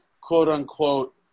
quote-unquote